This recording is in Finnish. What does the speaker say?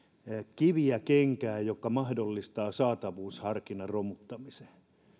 kiviä kenkään jotka mahdollistavat saatavuusharkinnan romuttamisen